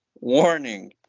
warning